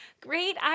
Great